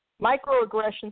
Microaggressions